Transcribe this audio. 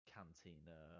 Cantina